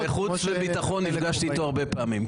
--- בחוץ וביטחון נפגשתי איתו הרבה פעמים.